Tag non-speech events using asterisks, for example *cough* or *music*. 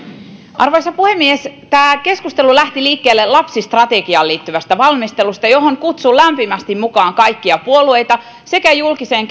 arvoisa puhemies tämä keskustelu lähti liikkeelle lapsistrategiaan liittyvästä valmistelusta johon kutsun lämpimästi mukaan kaikkia puolueita sekä julkiseen *unintelligible*